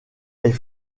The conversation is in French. est